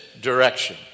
direction